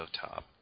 top